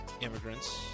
immigrants